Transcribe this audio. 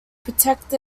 protect